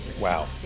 Wow